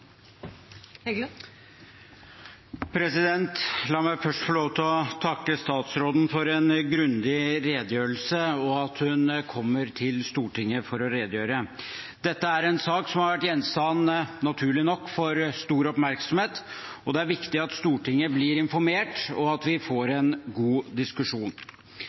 La meg først få lov til å takke statsråden for en grundig redegjørelse og for at hun kommer til Stortinget for å redegjøre. Dette er en sak som naturlig nok har vært gjenstand for stor oppmerksomhet, og det er viktig at Stortinget blir informert, og at vi får en god diskusjon.